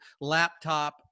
laptop